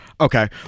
Okay